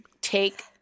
take